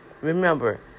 remember